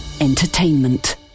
Entertainment